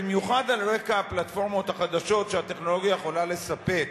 במיוחד על רקע הפלטפורמות החדשות שהטכנולוגיה יכולה לספק,